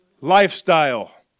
lifestyle